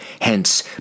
Hence